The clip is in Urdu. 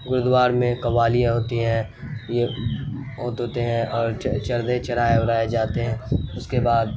گرودوار میں قوالیاں ہوتی ہیں یہ اوت ہوتے ہیں اور چدریں چڑھائے وڑھائے جاتے ہیں اس کے بعد